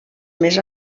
més